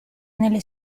nelle